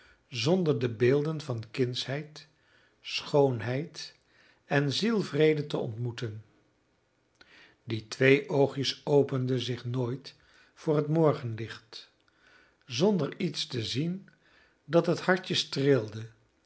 zonder de beelden van kindsheid schoonheid en zielevrede te ontmoeten die twee oogjes openden zich nooit voor het morgenlicht zonder iets te zien dat het hartje